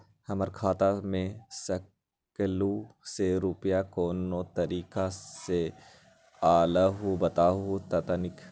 हमर खाता में सकलू से रूपया कोन तारीक के अलऊह बताहु त तनिक?